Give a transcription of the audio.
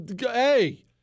hey